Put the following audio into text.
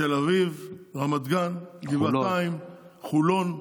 תל אביב, רמת גן, גבעתיים, חולון.